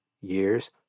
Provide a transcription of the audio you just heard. years